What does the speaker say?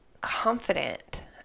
confident